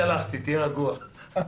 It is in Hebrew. תהיו רגועים.